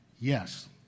Yes